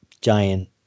giant